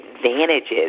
advantages